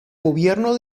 gobierno